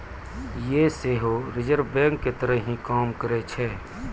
यें सेहो रिजर्व बैंको के तहत ही काम करै छै